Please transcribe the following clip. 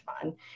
fun